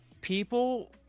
people